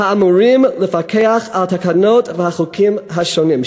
האמורים לפקח על התקנות והחוקים השונים.